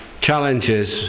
challenges